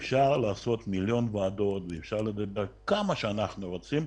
אפשר לעשות מיליון ועדות ואפשר לדבר כמה שאנחנו רוצים,